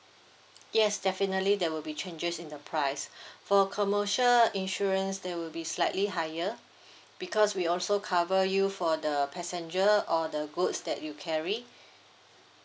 yes definitely there will be changes in the price for commercial insurance they will be slightly higher because we also cover you for the passenger or the goods that you carry